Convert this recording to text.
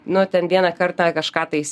nu ten vieną kartą kažką tais